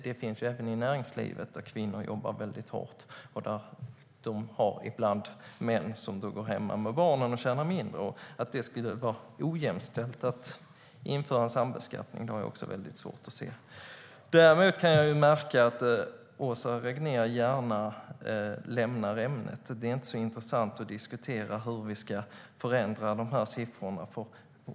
Det finns även exempel i näringslivet på kvinnor som jobbar hårt och ibland har män som går hemma med barnen och tjänar mindre. Att det skulle vara ojämställt att införa en sambeskattning har jag svårt att se. Jag märker att Åsa Regnér gärna lämnar ämnet. Det är inte så intressant att diskutera hur vi ska förändra de här siffrorna.